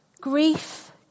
Grief